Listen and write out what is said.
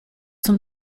zum